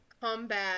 combat